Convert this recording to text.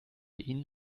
ihnen